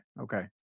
okay